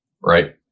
right